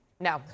No